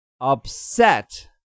upset